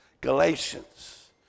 Galatians